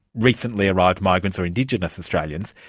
recently arrived migrants or indigenous australians.